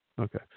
Okay